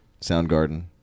Soundgarden